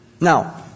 Now